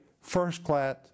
first-class